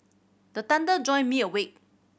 the thunder join me awake